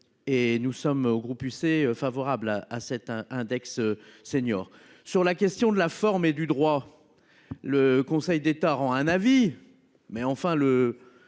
Et nous sommes au groupe UC favorable à cet un index seniors sur la question de la forme et du droit. Le Conseil d'État rend un avis mais enfin, le